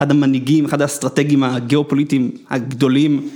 ‫אחד המנהיגים, אחד האסטרטגים ‫הגיאופוליטיים הגדולים.